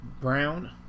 Brown